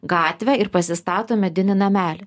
gatvę ir pasistato medinį namelį